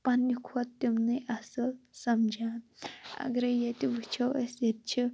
پَننہِ کھۄتہٕ تِمنٕے اَصٕل سَمجان اَگَرَے ییٚتہِ وُچھو أسۍ ییٚتہِ چھِ